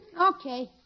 Okay